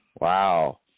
Wow